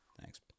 thanks